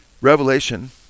Revelation